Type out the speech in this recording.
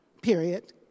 period